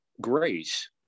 grace